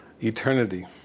eternity